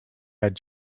had